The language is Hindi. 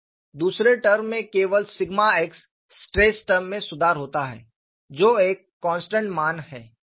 दूसरे टर्म में केवल सिग्मा x स्ट्रेस टर्म में सुधार होता है जो एक कोंस्टनट मान है